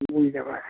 বুঝতে পারে